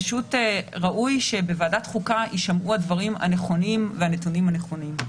פשוט ראוי שבוועדת חוקה יישמעו הדברים הנכונים והנתונים הנכונים.